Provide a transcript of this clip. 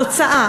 התוצאה,